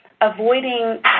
avoiding